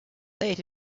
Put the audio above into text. late